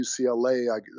UCLA